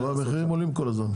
אבל המחירים עולים כל הזמן.